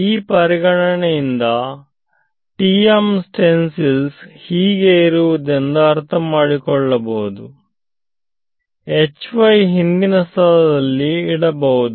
ಈ ಪರಿಗಣನೆ ಇಂದ TM ಸ್ಟೆನ್ಸಿಲ್ ಹೀಗೆ ಇರುವುದೆಂದು ಅರ್ಥಮಾಡಿಕೊಳ್ಳಬಹುದು ಹಿಂದಿನ ಸ್ಥಳದಲ್ಲಿ ಇಡಬಹುದು